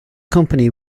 company